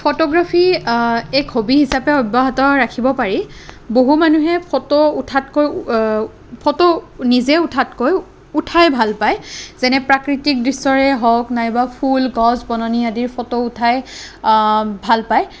photography এক hobby হিচাপে অব্যাহত ৰাখিব পাৰি বহু মানুহে ফটো উঠাতকৈ ফটো নিজে উঠাতকৈ উঠাই ভালপায় যেনে প্ৰাকৃতিক দৃশ্যৰে হওঁক নাইবা ফুল গছ বননি আদিৰ ফটো উঠাই ভালপায়